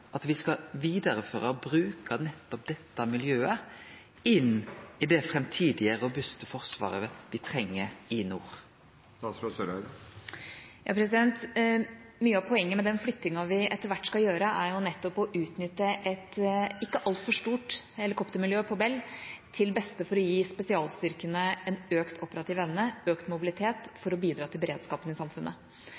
at me skal vidareføre bruk av nettopp dette miljøet inn i det framtidige robuste forsvaret vi treng i nord? Mye av poenget med den flyttingen vi etter hvert skal gjøre, er nettopp å utnytte et ikke altfor stort helikoptermiljø på Bell til beste for å gi spesialstyrkene en økt operativ evne, økt mobilitet,